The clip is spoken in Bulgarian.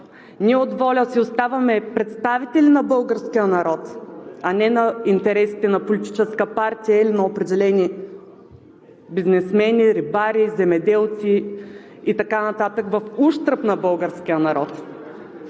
Ние от ВОЛЯ си оставаме представители на българския народ, а не на интересите на политическа партия или на определени бизнесмени, рибари, земеделци и така нататък в ущърб на българския народ.